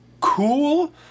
cool